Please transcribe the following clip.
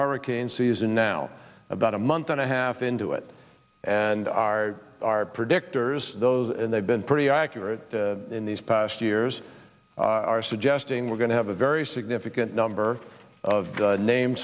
hurricane season now about a month and a half into it and are are predictors those and they've been pretty accurate in these past years are suggesting we're going to have a very significant number of name